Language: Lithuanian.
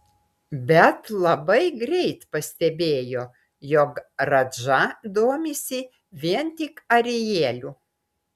bet labai greit pastebėjo jog radža domisi vien tik arieliu